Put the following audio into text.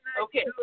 Okay